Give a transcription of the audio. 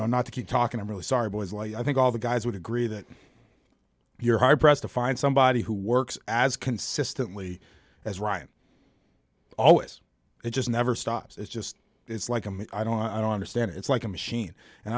know not to keep talking i'm really sorry boys like i think all the guys would agree that you're hard pressed to find somebody who works as consistently as ryan always it just never stops it's just it's like him i don't i don't understand it's like a machine and